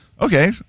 okay